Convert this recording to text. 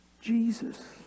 Jesus